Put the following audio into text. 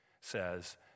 says